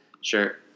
Sure